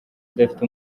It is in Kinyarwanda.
idafite